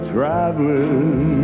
Traveling